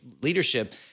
leadership